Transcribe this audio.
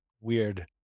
weird